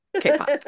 K-pop